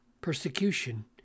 persecution